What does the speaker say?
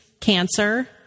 cancer